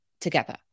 together